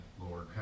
Lord